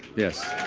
yes.